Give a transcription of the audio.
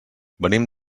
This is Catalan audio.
venim